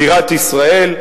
בירת ישראל,